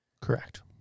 Correct